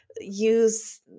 use